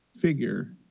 figure